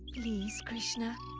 please, krishna.